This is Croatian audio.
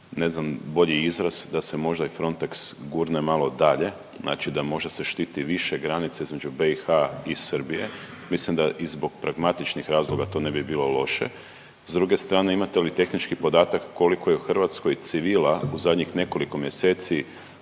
ne znam bolji izraz da se možda i Frontex gurne malo dalje, znači da možda se štiti više granica između BIH i Srbije. Mislim da i zbog pragmatičnih razloga to ne bi bilo loše. S druge strane imate li tehnički podatak koliko je u Hrvatskoj civila u zadnjih nekoliko mjeseci,